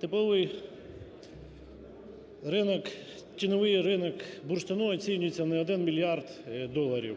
Типовий ринок… тіньовий ринок бурштину оцінюється не в один мільярд доларів.